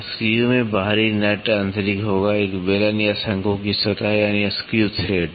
screw में बाहरी nut आंतरिक होगा एक बेलन या शंकु की सतह यानी स्क्रू थ्रेड